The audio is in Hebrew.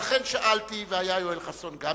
ולכן שאלתי, והיה גם יואל חסון אתי.